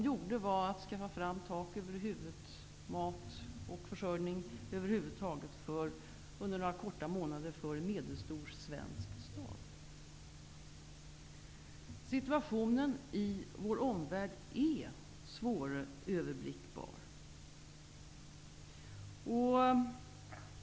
Personalen skaffade fram tak över huvudet, mat och försörjning över huvud taget under några korta månader för en medelstor svensk stad. Situationen i vår omvärld är svåröverblickbar.